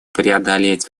преодолеть